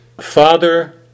father